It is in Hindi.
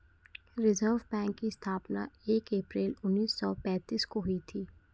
रिज़र्व बैक की स्थापना एक अप्रैल उन्नीस सौ पेंतीस को हुई थी